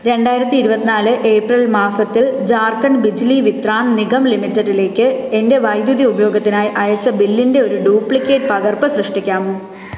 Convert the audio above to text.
രണ്ടായിരത്തി ഇരുപത്തിനാല് ഏപ്രിൽ മാസത്തിൽ ജാർഖണ്ഡ് ബിജ്ലി വിത്രൻ നിഗം ലിമിറ്റഡിലേക്ക് എന്റെ വൈദ്യുതി ഉപയോഗത്തിനായി അയച്ച ബില്ലിന്റെ ഒരു ഡ്യൂപ്ലിക്കേറ്റ് പകർപ്പ് സൃഷ്ടിക്കാമോ